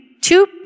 two